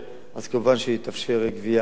כמובן תתאפשר גבייה סמלית.